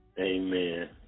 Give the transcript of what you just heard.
Amen